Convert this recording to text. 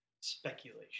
speculation